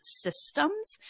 systems